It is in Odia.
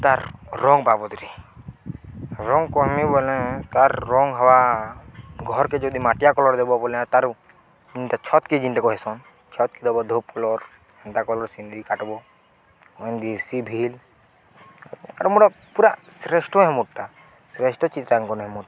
ତା'ର୍ ରଙ୍ଗ ବାବଦରେ ରଙ୍ଗ କ ଆମି ବୋଲେ ତା'ର୍ ରଙ୍ଗ ହବା ଘର୍କେ ଯଦି ମାଟିଆ କଲର୍ ଦେବ ବୋଲେ ତା'ର୍ ଯେନ୍ତା ଛତ୍କେ ଯିନ୍ତି କରିସନ୍ ଛତ୍କେ ଦବ ଧୂପ କଲର୍ ହନ୍ତା କଲର୍ ସିନରିୀ କାଟବ ଦି ସିଭିିଲ୍ ଆମୋଟେ ପୁରା ଶ୍ରେଷ୍ଠ ହେମୁଟା ଶ୍ରେଷ୍ଠ ଚିତ୍ରାଙ୍କନ ହେମୁଟା